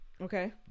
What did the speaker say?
Okay